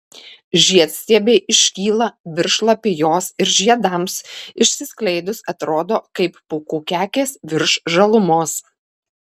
žiedstiebiai iškyla virš lapijos ir žiedams išsiskleidus atrodo kaip pūkų kekės virš žalumos